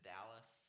Dallas